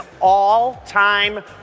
all-time